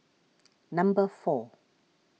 number four